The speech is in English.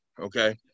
okay